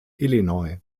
illinois